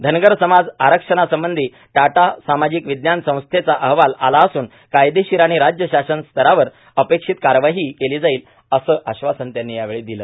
धनगर समाज आरक्षणासंबंधी टाटा सामाजिक विज्ञान संस्थेचा अहवाल आला असून कायदेशीर आणि राज्य शासन स्तरावर अपेक्षित कार्यवाही केली जाईल असं आश्वासन त्यांनी यावेळी दिलं